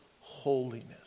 holiness